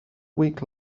week